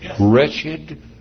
Wretched